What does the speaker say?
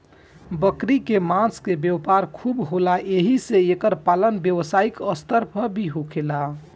बकरी के मांस के व्यापार खूब होला एही से एकर पालन व्यवसायिक स्तर पर भी होखेला